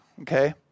okay